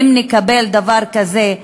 אם נקבל דבר כזה,